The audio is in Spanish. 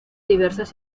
diversas